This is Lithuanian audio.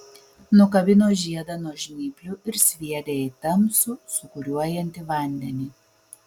nukabino žiedą nuo žnyplių ir sviedė į tamsų sūkuriuojantį vandenį